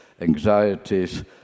anxieties